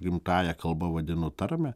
gimtąja kalba vadinu tarmę